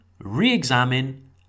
re-examine